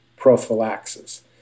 prophylaxis